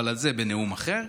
אבל זה בנאום אחר.